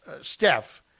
Steph